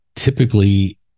Typically